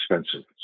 expensive